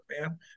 man